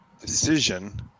decision